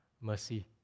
mercy